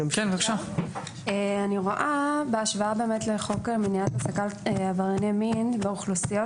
אני רואה שחוק למניעת העסקת עברייני מין מדובר באוכלוסייה